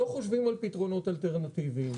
לא חושבים על פתרונות אלטרנטיביים,